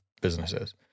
businesses